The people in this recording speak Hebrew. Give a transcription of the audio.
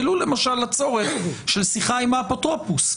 ולו למשל הצורך של שיחה עם האפוטרופוס.